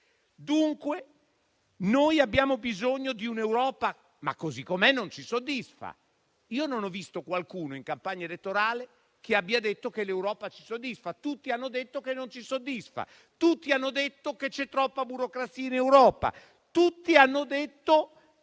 Dunque abbiamo bisogno di un'Europa, ma così com'è non ci soddisfa. Io non ho visto qualcuno in campagna elettorale che abbia detto che l'Europa ci soddisfa: tutti hanno detto che non ci soddisfa; tutti hanno detto che c'è troppa burocrazia in Europa; tutti hanno detto